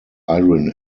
iron